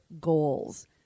goals